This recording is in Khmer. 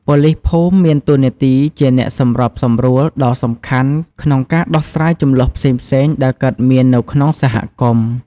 ប៉ូលីសភូមិមានតួនាទីជា អ្នកសម្របសម្រួល ដ៏សំខាន់ក្នុងការដោះស្រាយជម្លោះផ្សេងៗដែលកើតមាននៅក្នុងសហគមន៍។